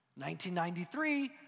1993